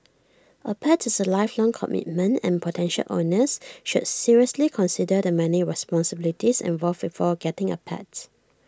A pet is A lifelong commitment and potential owners should seriously consider the many responsibilities involved before getting A pets